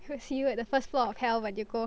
see you at the first floor of hell when you go